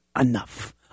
Enough